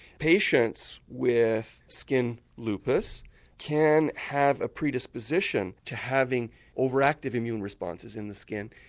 patients with skin lupus can have a predisposition to having overactive immune responses in the skin,